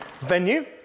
venue